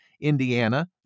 Indiana